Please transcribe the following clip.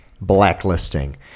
Blacklisting